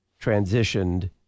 transitioned